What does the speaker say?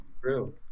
True